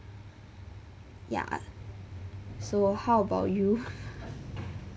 ya so how about you